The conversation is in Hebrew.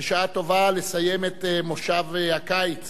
בשעה טובה, לסיים את כנס הקיץ